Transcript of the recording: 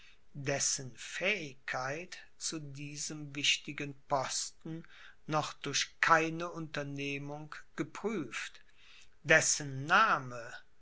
dessen fähigkeit zu diesem wichtigen posten noch durch keine unternehmung geprüft dessen name